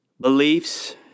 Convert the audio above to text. Beliefs